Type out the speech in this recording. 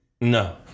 No